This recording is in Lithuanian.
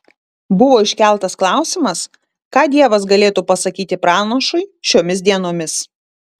buvo iškeltas klausimas ką dievas galėtų pasakyti pranašui šiomis dienomis